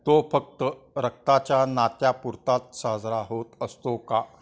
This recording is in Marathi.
तो फक्त रक्ताच्या नात्यापुरताच साजरा होत असतो का